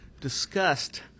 discussed